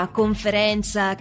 conferenza